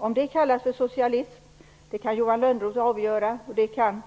Om det kallas för socialism kan Johan Lönnroth avgöra, och det kan